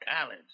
college